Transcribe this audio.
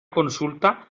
consulta